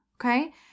Okay